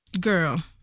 girl